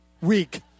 Week